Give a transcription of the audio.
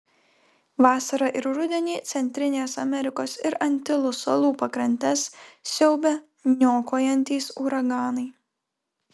vasarą ir rudenį centrinės amerikos ir antilų salų pakrantes siaubia niokojantys uraganai